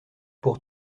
pour